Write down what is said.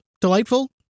delightful